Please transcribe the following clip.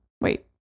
Wait